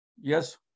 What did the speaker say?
yes